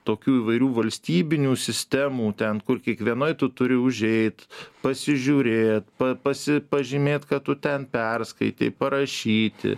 tokių įvairių valstybinių sistemų ten kur kiekvienai tu turi užeit pasižiūrėt pa pasi pažymėt kad tu ten perskaitei parašyti